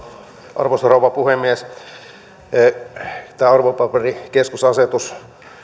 arvoisa rouva puhemies tätä arvopaperikeskusasetusta